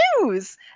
news